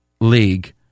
league